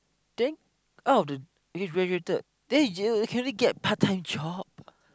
then out of the graduated then you can only get part time job